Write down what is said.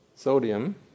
Sodium